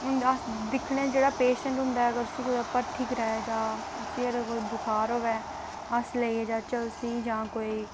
अस दिक्खने आं कि जेह्ड़ा पेशेंट होंदा ऐ अगर उसी कुदै भर्थी कराया जा उसी अगर कोई बुखार होऐ अस लेइयै जाह्चै उसी जां कोई